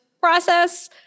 process